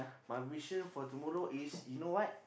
my vision for tomorrow is you know what